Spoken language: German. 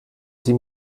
sie